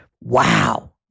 Wow